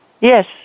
Yes